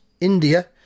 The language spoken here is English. India